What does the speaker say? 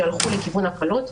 שהלכו לכיוון הקלות,